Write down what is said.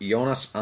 Jonas